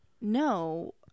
No